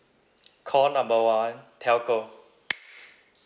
call number one telco